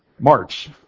March